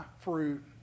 fruit